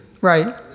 Right